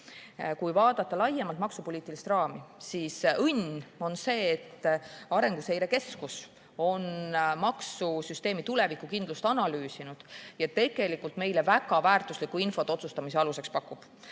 Kui vaadata laiemalt maksupoliitilist raami, siis õnn on see, et Arenguseire Keskus on maksusüsteemi tulevikukindlust analüüsinud ja pakub meile väga väärtuslikku infot otsustamise aluseks.